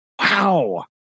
Wow